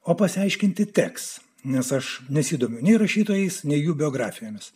o pasiaiškinti teks nes aš nesidomiu nei rašytojais nei jų biografijomis